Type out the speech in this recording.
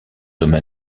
hommes